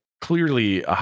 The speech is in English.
clearly